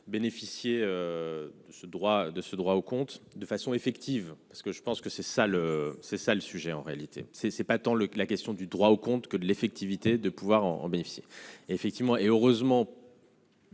ce droit de ce droit au compte de façon effective parce que je pense que c'est ça le c'est ça le sujet, en réalité c'est c'est pas tant le la question du droit au compte que de l'effectivité de pouvoir en bénéficier effectivement et heureusement.